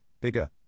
bigger